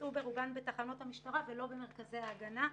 בוצעו ברובן בתחנות המשטרה ולא במרכזי ההגנה.